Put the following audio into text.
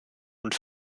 und